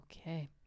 Okay